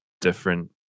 different